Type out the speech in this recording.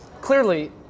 clearly